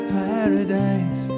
paradise